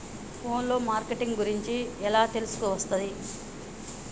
Phone లో marketing గురించి ఎలా తెలుసుకోవస్తది?